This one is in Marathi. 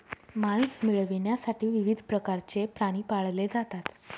मांस मिळविण्यासाठी विविध प्रकारचे प्राणी पाळले जातात